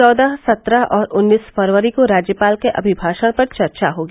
चौदह सत्रह और उन्नीस फरवरी को राज्यपाल के अभिभा ाण पर चर्चा होगी